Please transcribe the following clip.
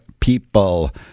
People